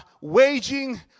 waging